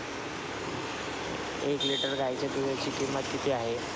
एक लिटर गाईच्या दुधाची किंमत किती आहे?